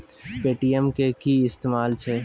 Paytm के कि इस्तेमाल छै?